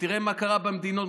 תראה מה קרה במצרים,